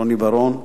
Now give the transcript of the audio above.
רוני בר-און.